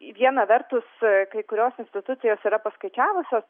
viena vertus kai kurios institucijos yra paskaičiavusios